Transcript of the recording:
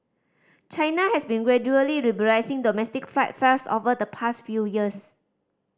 China has been gradually liberalising domestic flight fares over the past few years